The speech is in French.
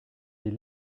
est